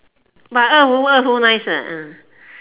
but 二胡二胡 nice ah ah